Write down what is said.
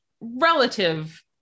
relative